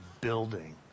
building